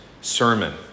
sermon